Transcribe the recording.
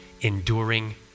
enduring